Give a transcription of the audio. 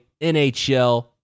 NHL